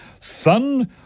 son